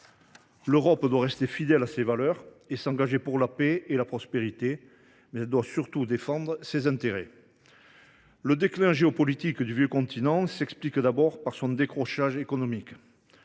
Elle doit rester fidèle à ses valeurs et s’engager pour la paix et la prospérité, mais elle doit surtout défendre ses intérêts. Le déclin géopolitique du vieux continent s’explique d’abord par son décrochage économique.